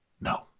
No